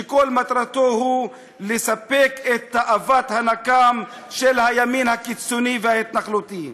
שכל מטרתו היא לספק את תאוות הנקם של הימין הקיצוני וההתנחלותי.